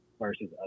versus